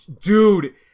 dude